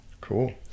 Cool